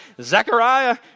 Zechariah